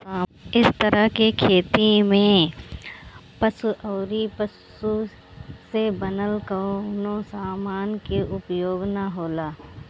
इ तरह के खेती में पशु अउरी पशु से बनल कवनो समान के उपयोग ना होला